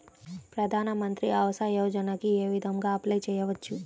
ప్రధాన మంత్రి ఆవాసయోజనకి ఏ విధంగా అప్లే చెయ్యవచ్చు?